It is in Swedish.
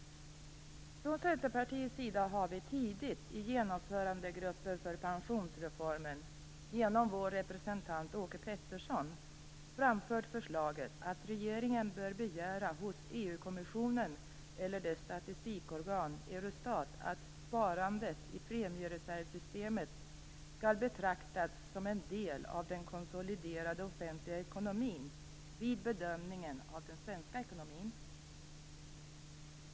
Från Centerpartiets sida har vi tidigt i genomförandegruppen för pensionsreformen, genom vår representant Åke Pettersson, framfört förslaget att regeringen bör begära hos EU-kommissionen eller dess statistikorgan, Eurostat, att sparandet i premiereservsystemet skall betraktas som en del av den konsoliderade offentliga ekonomin vid bedömningen av den svenska ekonomin.